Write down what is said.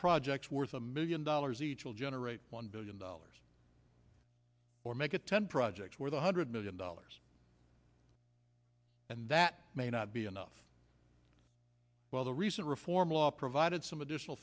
projects worth a million dollars each will generate one billion dollars or make it ten projects where the hundred million dollars and that may not be enough while the recent reform law provided some additional